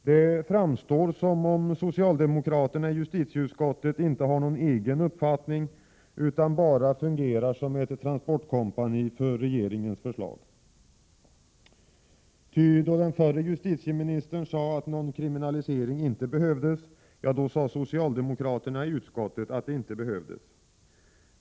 Det framstår som om socialdemokraterna i justitieutskottet inte har någon egen uppfattning utan bara fungerar som ett transportkompani för regeringens förslag, ty då den förre justitieministern sade att någon kriminalisering inte behövdes, sade socialdemokraterna i utskottet att det inte behövdes.